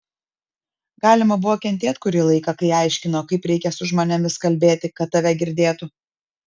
galima buvo kentėt kurį laiką kai aiškino kaip reikia su žmonėms kalbėti kad tave girdėtų